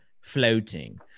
floating